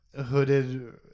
hooded